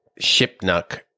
Shipnuck